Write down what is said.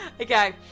Okay